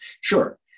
Sure